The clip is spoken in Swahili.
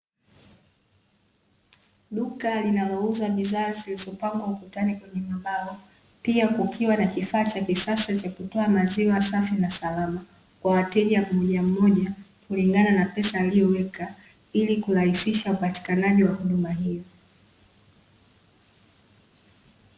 Duka linalouza bidhaa zilizopangwa ukutani kwenye mabao, pia kukiwa na kifaa cha kisasa cha kutoa maziwa safi na salama, kwa wateja mmoja mmoja kulingana na pesa aliyoweka, ili kurahisisha upatikanaji wa huduma hiyo.